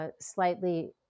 slightly